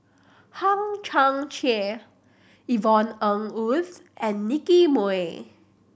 Hang Chang Chieh Yvonne Ng Uhde and Nicky Moey